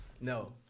no